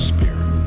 Spirit